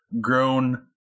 grown